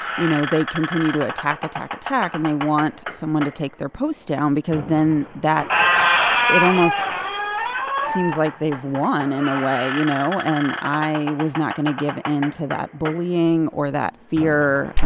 you know, they continue to attack, attack, attack. and they want someone to take their post down because then that it almost seems like they've won, in a way, you know? and i was not going to give in to that bullying or that fear. ah